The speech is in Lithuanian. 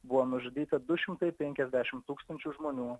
buvo nužudyta du šimtai penkiasdešimt tūkstančių žmonių